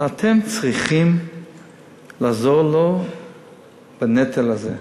ואתם צריכים לעזור לו בנטל הזה.